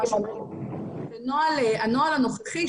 הנוהל הנוכחי,